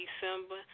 December